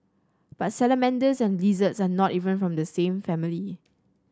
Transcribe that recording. but salamanders and lizards are not even from the same family